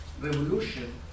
revolution